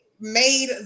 made